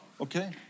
Okay